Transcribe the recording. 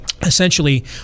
essentially